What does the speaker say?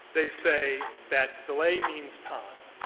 they say that delay means time,